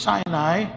Sinai